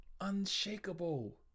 unshakable